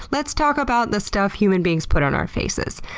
let's talk about the stuff human beings put on our faces.